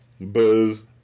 Buzz